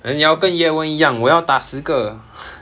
then 要跟叶问一样我要打十个